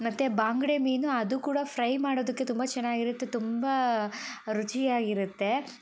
ಮತ್ತು ಬಂಗುಡೆ ಮೀನು ಅದು ಕೂಡ ಫ್ರೈ ಮಾಡೋದಕ್ಕೆ ತುಂಬ ಚೆನ್ನಾಗಿರುತ್ತೆ ತುಂಬ ರುಚಿಯಾಗಿರತ್ತೆ